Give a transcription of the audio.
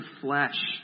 flesh